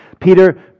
Peter